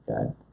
okay